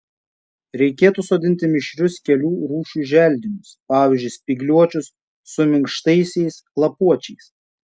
reikėtų sodinti mišrius kelių rūšių želdinius pavyzdžiui spygliuočius su minkštaisiais lapuočiais